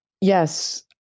Yes